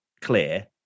clear